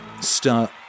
Start